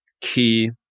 key